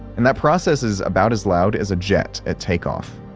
and that process is about as loud as a jet at takeoff.